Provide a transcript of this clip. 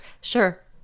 sure